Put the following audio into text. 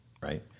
right